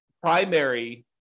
primary